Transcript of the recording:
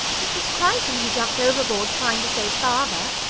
it was crichton who jumped overboard trying to save father.